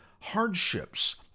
hardships